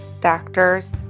doctors